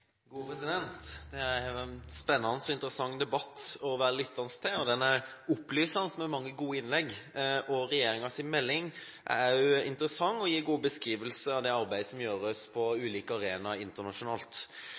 er en spennende og interessant debatt å lytte til, og den er opplysende og med mange gode innlegg. Regjeringens melding er òg interessant og gir en god beskrivelse av det arbeidet som gjøres på